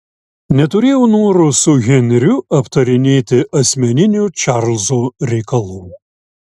neturėjau noro su henriu aptarinėti asmeninių čarlzo reikalų